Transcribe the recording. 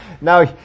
Now